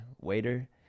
waiter